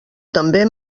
també